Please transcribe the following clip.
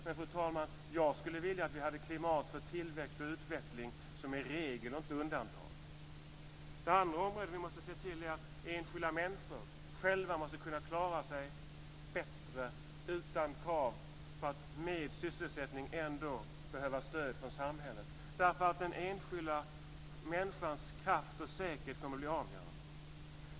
Men, fru talman, jag skulle vilja att vi hade ett klimat för tillväxt och utveckling som är regel och inte undantag. Det andra vi måste se till är att enskilda människor själva måste kunna klara sig bättre utan krav på att med sysselsättning ändå behöva stöd från samhället. Den enskilda människans kraft och säkerhet kommer att bli avgörande.